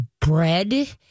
bread